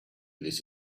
this